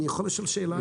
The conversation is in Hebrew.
אני מבקש לשאול שאלה.